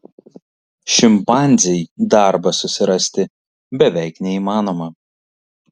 šimpanzei darbą susirasti beveik neįmanoma